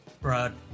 Brad